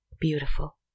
Beautiful